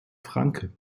francke